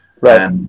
right